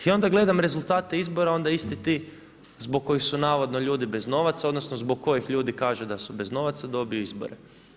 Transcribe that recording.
I ja onda gledam rezultate izbora, onda isti ti zbog kojih su navodno ljudi bez novaca, odnosno zbog kojih ljudi kažu da su bez novaca dobiju izbore.